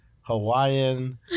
Hawaiian